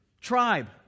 Tribe